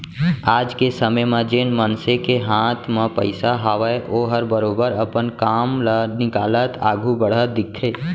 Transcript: आज के समे म जेन मनसे के हाथ म पइसा हावय ओहर बरोबर अपन काम ल निकालत आघू बढ़त दिखथे